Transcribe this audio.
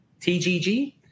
TGG